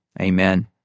Amen